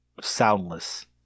soundless